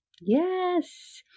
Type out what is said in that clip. yes